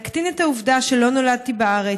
להקטין את העובדה שלא נולדתי בארץ,